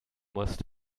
musst